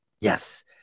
Yes